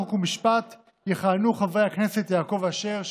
חוק ומשפט יכהנו חבר הכנסת יעקב אשר,